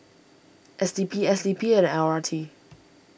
S D P S D P and L R T